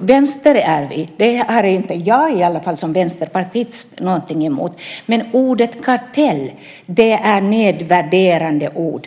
Vänster är vi, och det har i alla fall inte jag som vänsterpartist någonting emot, men ordet kartell är ett nedvärderande ord.